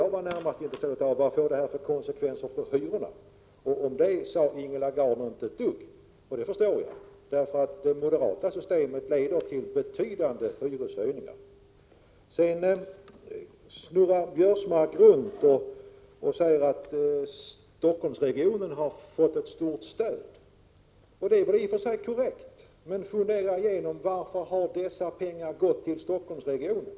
Jag var närmast intresserad av vilka konsekvenser det får för hyrorna, men om det sade hon inte ett dugg. Jag förstår det, därför att det moderata systemet leder till betydande hyreshöjningar. Karl-Göran Biörsmark snurrar runt och säger att Stockholmsregionen har fått ett stort stöd. Det är i och för sig korrekt, men fundera litet på varför dessa pengar har gått till Stockholmsregionen!